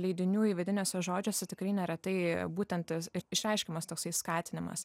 leidinių įvadiniuose žodžiuose tikrai neretai būtent tas ir išreiškiamas toksai skatinimas